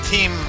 Team